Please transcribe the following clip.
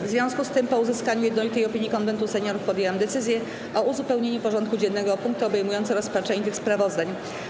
W związku z tym, po uzyskaniu jednolitej opinii Konwentu Seniorów, podjęłam decyzję o uzupełnieniu porządku dziennego o punkty obejmujące rozpatrzenie tych sprawozdań.